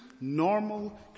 normal